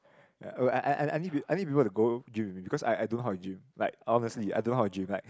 uh I I I I need I need people to go gym with me cause I I don't know how to gym like honestly I don't know how to gym like